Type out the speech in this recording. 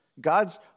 God's